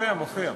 אדוני היושב-ראש,